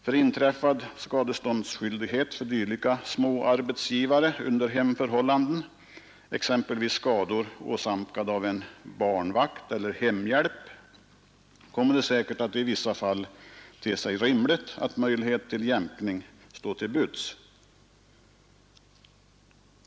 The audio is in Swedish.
För inträffad skadeståndsskyldighet för dylika små arbetsgivare under hemförhållanden, exempelvis skador åsamkade av en barnvakt eller hemhjälp, kommer det säkert att i vissa fall te sig rimligt att möjlighet till jämkning står till buds.